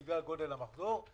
בגלל גודל המחזור,